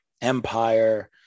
Empire